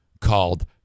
called